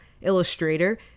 illustrator